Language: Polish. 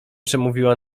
przemówiła